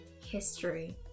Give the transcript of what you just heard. history